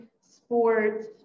sports